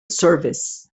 service